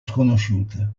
sconosciute